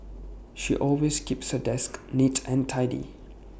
she always keeps her desk neat and tidy